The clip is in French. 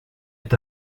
est